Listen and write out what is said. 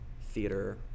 theater